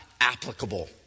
applicable